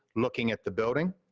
looking at the building.